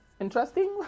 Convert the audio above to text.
interesting